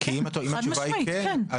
התשובה היא כן.